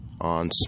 on